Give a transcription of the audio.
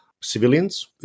civilians